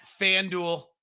FanDuel